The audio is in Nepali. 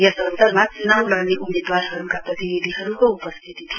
यस अवसरमा चुनाउ लडने उम्मेदवारहरूका प्रतिनिधिहरूको उपस्थिती थियो